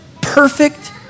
perfect